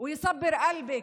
אלוהים ינחם אותך